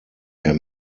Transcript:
herr